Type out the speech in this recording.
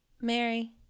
Mary